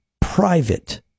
private